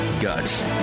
Guts